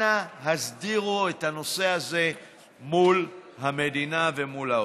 אנא הסדירו את הנושא הזה מול המדינה ומול האוצר.